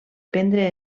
prendre